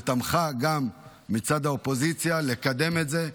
ותמכה גם מצד האופוזיציה לקדם את זה.